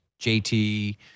JT